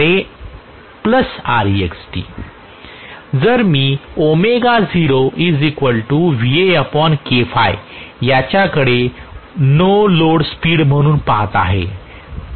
Ploss जर मी याच्याकडे नो लोड स्पीड म्हणून पाहत आहे